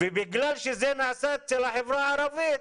ובגלל שזה נעשה אצל החברה הערבית,